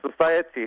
society